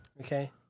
Okay